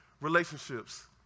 relationships